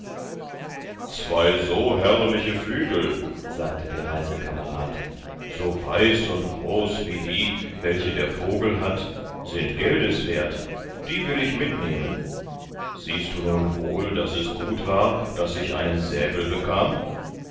zwei so herrliche flügel sagte der reisekamerad so weiß und groß wie die welche der vogel hat sind geldes wert die will ich mitnehmen siehst du nun wohl daß es gut war daß ich einen säbel bekam